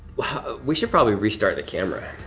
we should probably restart the camera.